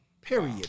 Period